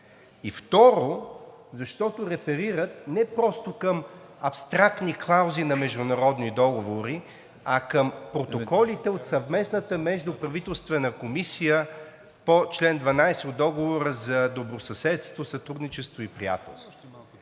и второ, защото реферират не просто към абстрактни клаузи на международни договори, а към протоколите от съвместна междуправителствена комисия по чл. 12 от Договора за добросъседство, сътрудничество и приятелство.